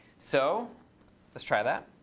so let's try that.